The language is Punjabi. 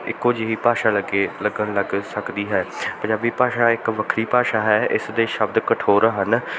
ਇੱਕੋ ਜਿਹੀ ਭਾਸ਼ਾ ਲੱਗੇ ਲੱਗਣ ਲੱਗ ਸਕਦੀ ਹੈ ਪੰਜਾਬੀ ਭਾਸ਼ਾ ਇੱਕ ਵੱਖਰੀ ਭਾਸ਼ਾ ਹੈ ਇਸ ਦੇ ਸ਼ਬਦ ਕਠੋਰ ਹਨ